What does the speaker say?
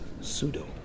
pseudo